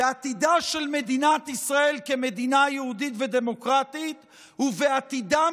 בעתידה של מדינת ישראל כמדינה יהודית ודמוקרטית ובעתידם